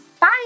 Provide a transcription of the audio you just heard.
Bye